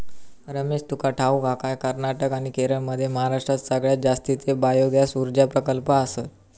रमेश, तुका ठाऊक हा काय, कर्नाटक आणि केरळमध्ये महाराष्ट्रात सगळ्यात जास्तीचे बायोगॅस ऊर्जा प्रकल्प आसत